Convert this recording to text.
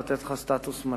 לתת לך סטטוס מלא.